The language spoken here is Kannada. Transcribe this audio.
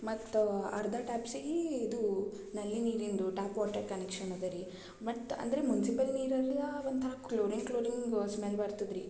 ಮತ್ತು ಅರ್ಧ ಟ್ಯಾಪ್ಸೀ ಇದು ನಲ್ಲಿ ನೀರಿಂದು ಟ್ಯಾಪ್ ವಾಟರ್ ಕನೆಕ್ಷನ್ ಅದ ರೀ ಮತ್ತು ಅಂದರೆ ಮುನ್ಸಿಪಲ್ ನೀರಾಗಾ ಒಂಥರ ಕ್ಲೋರಿನ್ ಕ್ಲೋರಿನ್ ಸ್ಮೆಲ್ ಬರ್ತದೆ ರೀ